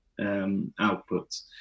outputs